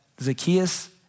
Zacchaeus